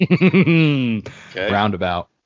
Roundabout